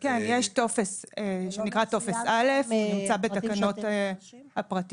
כן, יש טופס שנקרא טופס א', נמצא בתקנות הפרטיות.